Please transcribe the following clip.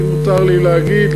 אם מותר לי להגיד,